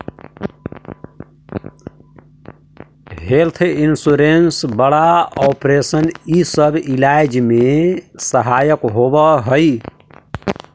health insurance बड़ा operation इ सब इलाज में सहायक होवऽ हई